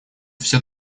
всё